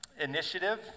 initiative